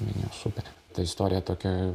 minijos upė ta istorija tokia